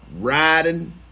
riding